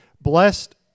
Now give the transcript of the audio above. blessed